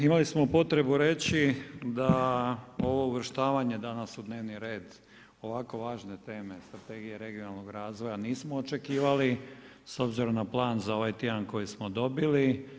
Imali smo potrebu reći da ovo uvrštavanje danas u dnevni red ovako važne teme Strategije regionalnog razvoja nismo očekivali s obzirom na plan za ovaj tjedan koji smo dobili.